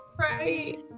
Right